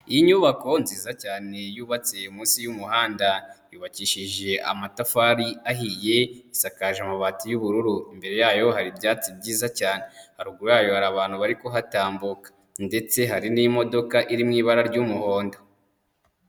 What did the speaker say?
Iyi nyubako nziza cyane yubatse munsi y'umuhanda, yubakishije amatafari ahiye, isakaje amabati y'ubururu, imbere yayo hari ibyatsi byiza cyane, haruguru yayo hari abantu bari kuhatambuka ndetse hari n'imodoka iri mu ibara ry'umuhondo.